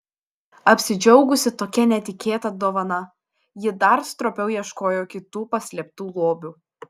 apsidžiaugusi tokia netikėta dovana ji dar stropiau ieškojo kitų paslėptų lobių